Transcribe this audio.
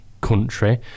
country